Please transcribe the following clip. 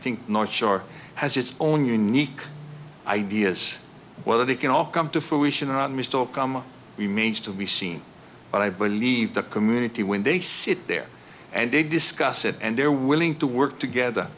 think north shore has its own unique ideas whether they can all come to fruition on me still come remains to be seen but i believe the community when they sit there and they discuss it and they're willing to work together